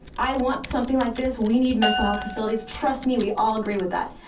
i want something like this, we need mental health facilities, trust me we all agree with that.